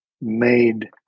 made